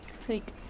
Take